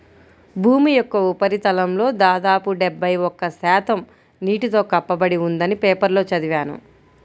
భూమి యొక్క ఉపరితలంలో దాదాపు డెబ్బై ఒక్క శాతం నీటితో కప్పబడి ఉందని పేపర్లో చదివాను